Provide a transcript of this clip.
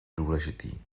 důležitý